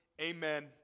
Amen